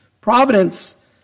Providence